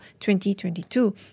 2022